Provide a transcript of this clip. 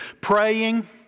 praying